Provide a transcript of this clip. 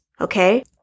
okay